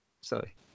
Sorry